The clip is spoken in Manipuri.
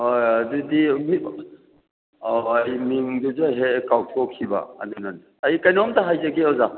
ꯍꯣꯏ ꯑꯗꯨꯗꯤ ꯑꯥꯎ ꯑꯩ ꯃꯤꯡꯗꯨꯁꯨ ꯍꯦꯛ ꯑꯩ ꯀꯥꯎꯊꯣꯛꯈꯤꯕ ꯑꯗꯨꯅꯅꯤ ꯑꯩ ꯀꯩꯅꯣꯝꯇ ꯍꯥꯏꯖꯒꯦ ꯑꯣꯖꯥ